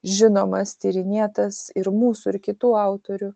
žinomas tyrinėtas ir mūsų ir kitų autorių